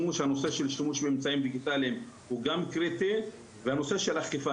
הנושא של שימוש באמצעים דיגיטליים הוא גם קריטי והנושא של אכיפה.